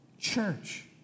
Church